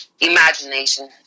imagination